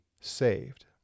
saved